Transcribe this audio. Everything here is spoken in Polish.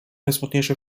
najsmutniejsze